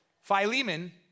Philemon